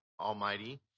Almighty